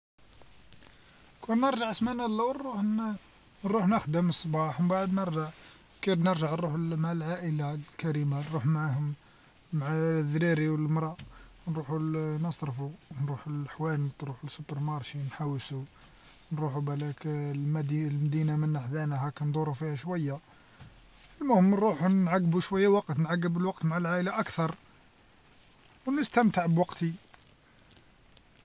كون نرجع سمانة لور، ن- روح نخدم الصباح ومن بعد نرجع كان نرجع نروح مع العائلة الكريمة نروح معاهم مع الذراري والمرا نروحو نصرفو نروحو للحوانت نروحو سوبر مارشي نحوسو نروحو بلاك ال- المدينة بحذنا هكا ندورو فيها شوية، المهم نروحو نعقبو شوية وقت نعقب الوقت مع العائلة أكثر، ونستمتع بوقتي.